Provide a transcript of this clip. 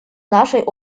нашей